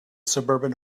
suburban